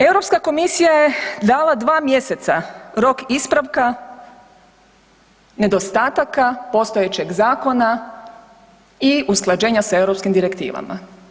Europska Komisija je dala 2 mjeseca rok ispravka nedostataka postojećeg Zakona i usklađenja sa europskim Direktivama.